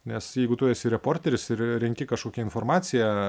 nes jeigu tu esi reporteris ir renki kažkokią informaciją